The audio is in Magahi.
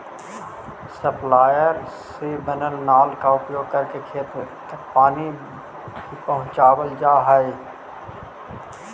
सब्सॉइलर से बनल नाल के उपयोग करके खेत तक पानी भी पहुँचावल जा हई